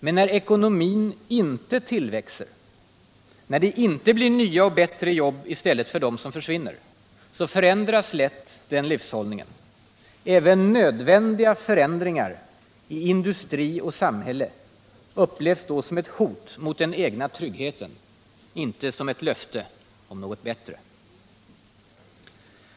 Men när ekonomin inte tillväxer, när det inte blir nya och bättre jobb i stället för dem som försvinner, så förändras lätt den livshållningen. Även nödvändiga förändringar i industri och samhälle upplevs då som hot mot den egna tryggheten, inte som löfte om något bättre.